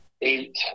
eight